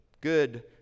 good